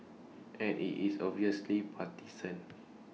and IT is obviously partisan